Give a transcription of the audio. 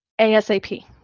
ASAP